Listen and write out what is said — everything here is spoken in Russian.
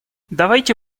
давайте